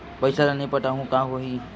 पईसा ल नई पटाहूँ का होही?